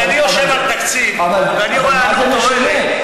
כשאני יושב על תקציב ואני רואה עלות תועלת,